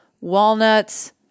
walnuts